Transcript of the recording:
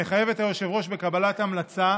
המחייב את היושב-ראש בקבלת המלצה,